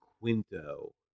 Quinto